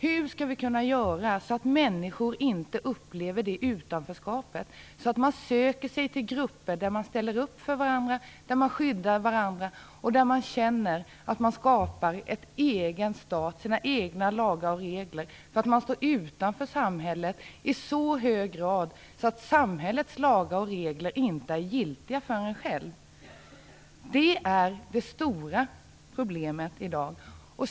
Hur skall vi kunna göra så att människor inte upplever ett sådant utanförskap att de söker sig till grupper där man ställer upp för varandra, skyddar varandra och känner att man skapar en egen stat, egna lagar och regler och till slut står utanför samhället i så hög grad att samhällets lagar och regler inte är giltiga för en själv? Det är det stora problemet i dag.